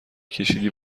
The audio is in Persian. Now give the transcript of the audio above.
کشیدی